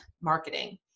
marketing